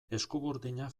eskuburdinak